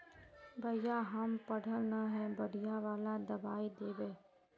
भैया हम पढ़ल न है बढ़िया वाला दबाइ देबे?